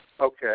Okay